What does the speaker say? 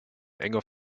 enger